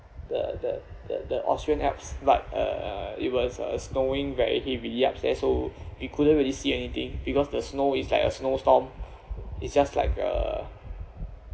the the the the austrian alps but uh it was uh snowing very heavily up there so we couldn't really see anything because the snow is like a snow storm it's just like uh